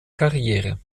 karriere